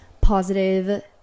positive